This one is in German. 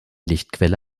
lichtquelle